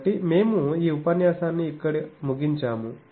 కాబట్టి మేము ఈ ఉపన్యాసాన్ని ఇక్కడ ముగించాము